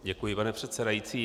Děkuji, pane předsedající.